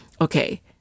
okay